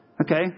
Okay